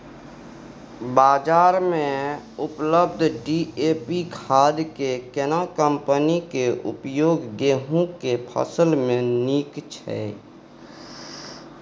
बाजार में उपलब्ध डी.ए.पी खाद के केना कम्पनी के उपयोग गेहूं के फसल में नीक छैय?